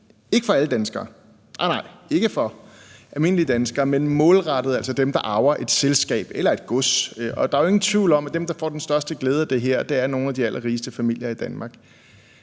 alle almindelige danskere, men målrettet dem, der arver et selskab eller et gods, og der er jo ingen tvivl om, dem, der får den største glæde af det her, er nogle af de allerrigeste familier i Danmark.